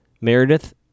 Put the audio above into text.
Meredith